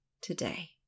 today